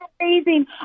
amazing